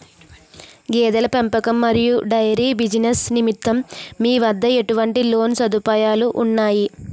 గేదెల పెంపకం మరియు డైరీ బిజినెస్ నిమిత్తం మీ వద్ద ఎటువంటి లోన్ సదుపాయాలు ఉన్నాయి?